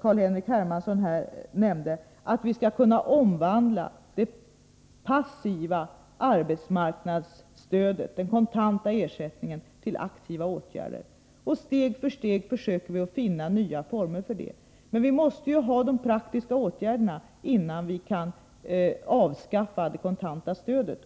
Carl-Henrik Hermansson nämnde, nämligen att kunna omvandla det passiva arbetsmarknadsstödet i form av den kontanta ersättningen till aktiva åtgärder. Steg för steg försöker vi att finna nya former för det. Vi måste utforma de praktiska åtgärderna innan vi kan avskaffa det kontanta stödet.